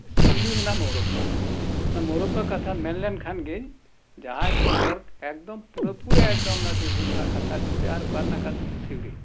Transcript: ᱥᱤᱣᱲᱤ ᱨᱮᱱᱟᱜ ᱢᱚᱨᱚᱵᱵᱟ ᱚᱱᱟ ᱢᱚᱨᱚᱵᱵᱟ ᱠᱟᱛᱷᱟ ᱢᱮᱱᱞᱮᱱᱠᱷᱟᱱ ᱜᱤ ᱡᱟᱦᱟᱸᱭ ᱠᱩ ᱦᱚᱲ ᱮᱠᱫᱚᱢ ᱯᱩᱨᱟᱹ ᱯᱩᱨᱤ ᱮᱠᱫᱚᱢ ᱚᱱᱟ ᱵᱤᱨᱵᱷᱩᱢ ᱨᱮᱱᱟᱜ ᱠᱟᱛᱷᱟ ᱫᱤᱥᱟᱹᱜᱼᱟ ᱟᱨ ᱚᱠᱟᱨᱮᱱᱟᱜ ᱠᱟᱛᱷᱟ ᱥᱤᱣᱲᱤ